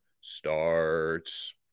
starts